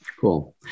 Cool